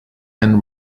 and